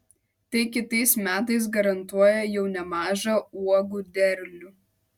tai kitais metais garantuoja jau nemažą uogų derlių